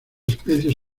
especies